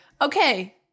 Okay